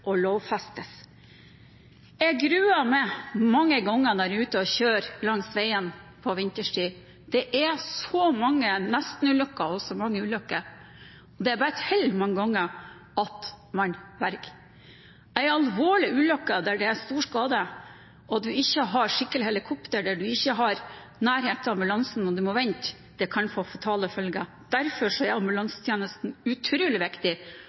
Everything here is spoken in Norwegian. og lovfestes. Jeg gruer meg mange ganger når jeg er ute og kjører langs veiene på vinterstid. Det er så mange nestenulykker og så mange ulykker. Det er bare et hell mange ganger at man berger seg. En alvorlig ulykke der det er stor skade og man ikke har skikkelig helikopter, og der man ikke har nærhet til ambulansen og må vente, kan få fatale følger. Derfor er ambulansetjenesten utrolig viktig,